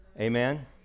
Amen